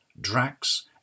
Drax